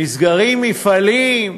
נסגרים מפעלים,